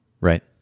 Right